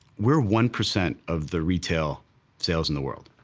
we're one percent of the retail sales in the world,